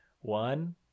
one